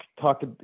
talked